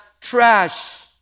trash